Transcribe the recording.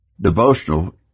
devotional